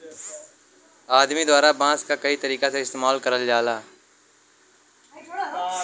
आदमी द्वारा बांस क कई तरीका से इस्तेमाल करल जाला